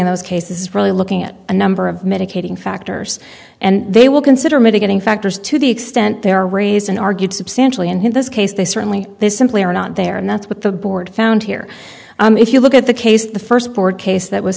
in those cases is really looking at a number of medicating factors and they will consider mitigating factors to the extent they are raised and argued substantially and in this case they certainly they simply are not there and that's what the board found here if you look at the case the first court case that was